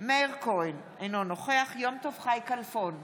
מאיר כהן, אינו נוכח יום טוב חי כלפון,